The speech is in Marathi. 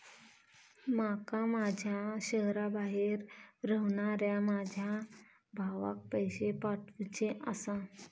माका माझ्या शहराबाहेर रव्हनाऱ्या माझ्या भावाक पैसे पाठवुचे आसा